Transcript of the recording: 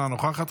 אינה נוכחת,